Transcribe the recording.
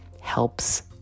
helps